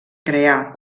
crear